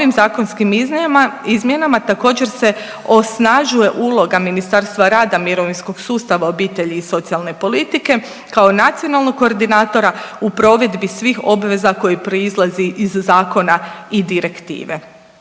Novim zakonskim izmjenama također se osnažuje uloga Ministarstva rada, mirovinskog sustava, obitelji i socijalne politike kao nacionalnog koordinatora u provedbi svih obveza koji proizlazi iz zakona i direktive.